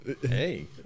hey